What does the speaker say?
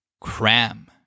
Cram